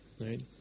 right